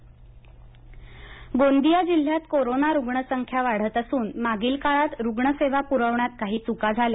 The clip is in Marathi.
गोंदिया नबाब मलिक गोंदिया जिल्ह्यात कोरोना रुग्ण संख्या वाढत असून मागील काळात रुग्ण सेवा पूरविण्यात काही चुका झाल्या